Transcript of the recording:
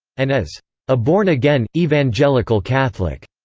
and as a born-again, evangelical catholic.